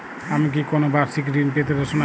আমি কি কোন বাষিক ঋন পেতরাশুনা?